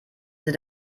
sind